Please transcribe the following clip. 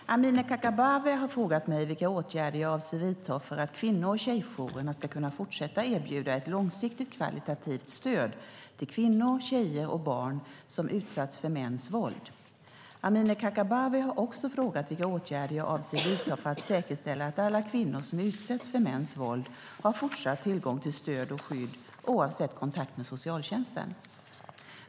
Fru talman! Amineh Kakabaveh har frågat mig vilka åtgärder jag avser att vidta för att kvinno och tjejjourerna ska kunna fortsätta erbjuda ett långsiktigt kvalitativt stöd till kvinnor, tjejer och barn som utsatts för mäns våld. Amineh Kakabaveh har också frågat vilka åtgärder jag avser att vidta för att säkerställa att alla kvinnor som utsätts för mäns våld har fortsatt tillgång till stöd och skydd, oavsett kontakt med socialtjänsten.